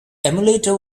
emulator